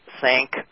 thank